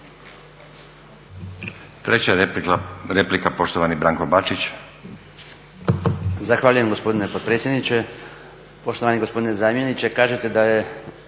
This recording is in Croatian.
Treća replika, poštovani Branko Bačić.